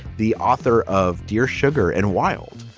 the author of dear sugar and wild.